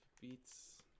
beats